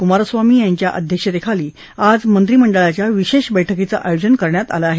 कृमारस्वामी यांच्या अध्यक्षतेखाली आज मंत्रीमंडळाच्या विशेष बैठकीचं आयोजन करण्यात आलं आहे